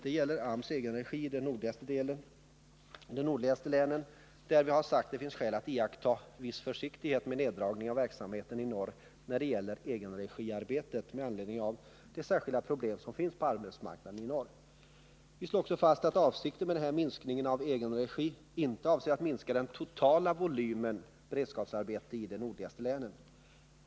Det gäller AMS egen regi i de nordligaste länen. Vi har sagt att det finns skäl att iaktta viss försiktighet med neddragningen av verksamheten i norr när det gäller egenregiarbetet med anledning av de särskilda problem som finns på arbetsmarknaden i norr. Vi slår också fast att avsikten med den här minskningen av egenregi inte är att minska den totala volymen beredskapsarbete i de nordligaste länen.